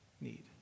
need